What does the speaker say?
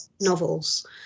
novels